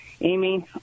Amy